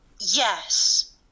Yes